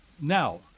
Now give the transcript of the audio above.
now